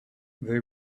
they